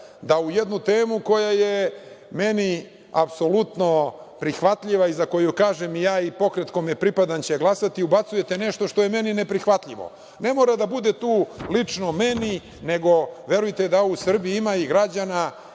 da u jednu temu koja mi je apsolutno prihvatljiva i za koju kažem da ću ja i pokret kome pripada glasati, ubacujete nešto što je meni neprihvatljivo. Ne mora da bude lično meni, nego verujte da u Srbiji ima građana